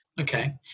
Okay